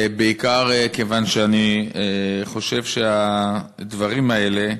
בעיקר כיוון שאני חושב שהדברים האלה,